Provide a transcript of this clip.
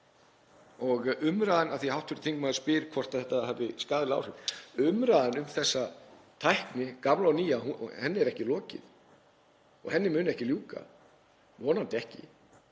Umræðunni um þessa tækni, gamla og nýja, er ekki lokið og henni mun ekki ljúka, vonandi ekki.